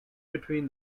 between